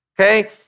okay